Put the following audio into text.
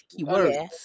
Keywords